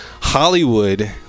Hollywood